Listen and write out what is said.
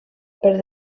per